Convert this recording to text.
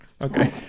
Okay